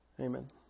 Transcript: Amen